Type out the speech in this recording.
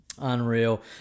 unreal